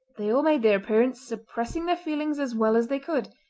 they all made their appearance, suppressing their feelings as well as they could.